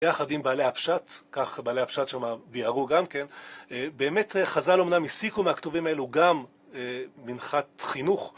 ביחד עם בעלי הפשט, כך בעלי הפשט שמה ביאור גם כן, באמת חז"ל אומנם הסיקו מהכתובים האלו גם מנחת חינוך